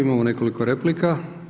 Imamo nekoliko replika.